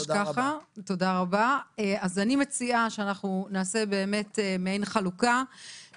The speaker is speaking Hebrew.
תודה רבה, נעבור לחברי הכנסת.